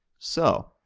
so,